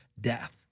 death